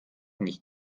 nicht